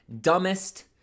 dumbest